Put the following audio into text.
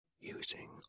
using